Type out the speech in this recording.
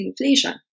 inflation